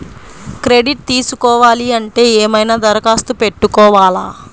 Credit తీసుకోవాలి అంటే ఏమైనా దరఖాస్తు పెట్టుకోవాలా?